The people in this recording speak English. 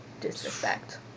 disrespect